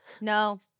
No